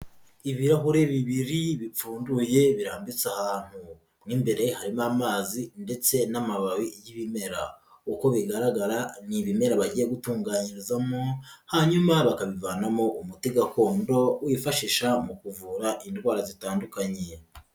Ibirahure bibiri bipfunduye birambitse ahantu, mo imbere harimo amazi ndetse n'amababi y'ibimera, uko bigaragara ni ibimera bagiye gutunganyirizamo hanyuma bakabivanamo umuti gakondo wifashisha mu kuvura indwara zitandukanyeye.